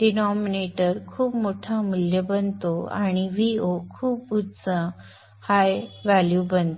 denominator खूप मोठा मूल्य बनतो आणि Vo खूप उच्च मूल्य बनतो